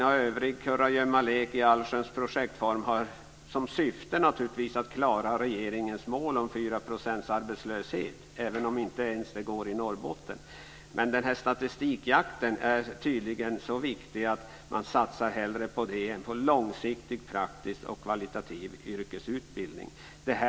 Aktivitetsgarantin och övrig kurragömmalek i allsköns projektform har naturligtvis som syfte att klara regeringens mål om fyra procents arbetslöshet, även om inte ens det går i Norrbotten. Den här statistikjakten är tydligen så viktig att man hellre satsar på den än på långsiktig, praktisk och kvalitativ yrkesutbildning.